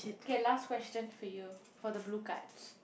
okay last question for you for the blue cards